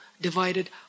Divided